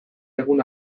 egun